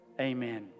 amen